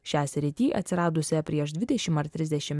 šią sritį atsiradusią prieš dvidešim ar trisdešim